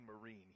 Marine